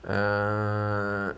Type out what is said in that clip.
uh